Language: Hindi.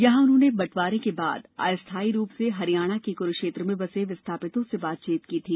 यहां उन्होंने बंटवारे के बाद अस्थायी रूप से हरियाणा के कुरुक्षेत्र में बसे विस्थापितों से बातचीत की थी